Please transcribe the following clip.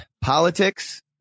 politics